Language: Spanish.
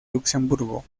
luxemburgo